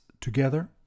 together